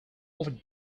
over